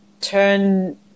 turn